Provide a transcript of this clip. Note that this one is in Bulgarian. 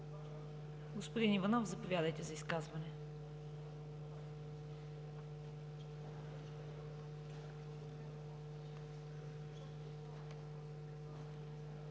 Господин Иванов, заповядайте за изказване.